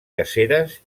caceres